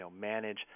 manage –